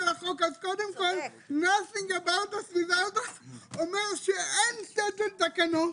אז קודם כל שום דבר עלינו בלעדינו אומר שאין סט של תקנות